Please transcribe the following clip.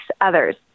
others